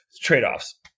trade-offs